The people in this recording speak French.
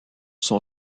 son